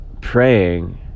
praying